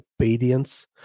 obedience